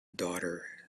daughter